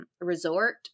Resort